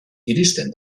iristen